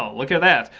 look at that.